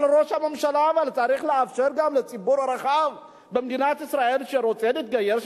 אבל ראש הממשלה צריך לאפשר גם לציבור הרחב במדינת ישראל שרוצה להתגייר,